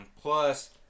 Plus